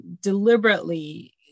deliberately